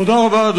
תודה רבה.